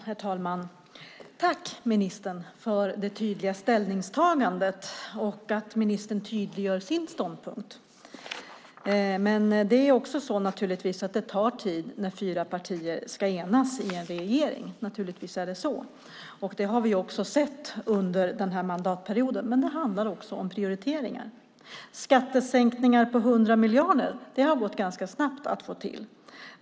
Herr talman! Jag tackar ministern för det tydliga ställningstagandet och för att hon tydliggör sin ståndpunkt. Det tar naturligtvis tid när fyra partier i en regering ska enas. Naturligtvis är det så. Det har vi också sett under denna mandatperiod. Men det handlar också om prioriteringar. Det har gått ganska snabbt att genomföra skattesänkningar på 100 miljarder.